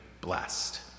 blessed